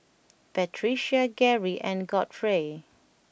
Patricia Geri and Godfrey